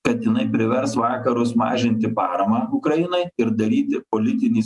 kad jinai privers vakarus mažinti paramą ukrainai ir daryti politinį